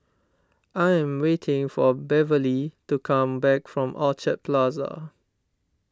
I am waiting for Beverley to come back from Orchard Plaza